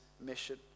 mission